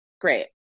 Great